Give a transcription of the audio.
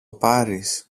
πάρεις